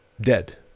dead